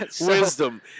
wisdom